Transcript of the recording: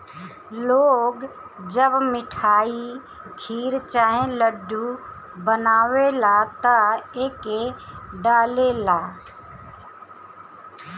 लोग जब मिठाई, खीर चाहे लड्डू बनावेला त एके डालेला